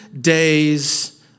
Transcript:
days